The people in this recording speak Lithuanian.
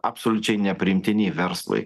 absoliučiai nepriimtini verslui